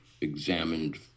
examined